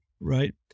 right